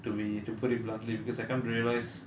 to be to put it bluntly because I come to realise